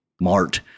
Mart